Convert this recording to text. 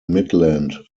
midland